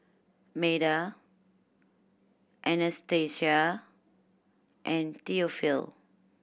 Meda Anastasia and Theophile